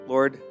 Lord